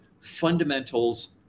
fundamentals